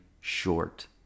short